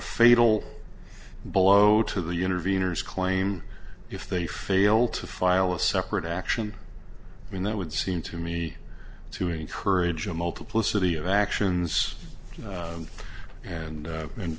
fatal blow to the interveners claim if they fail to file a separate action and that would seem to me to encourage a multiplicity of actions and and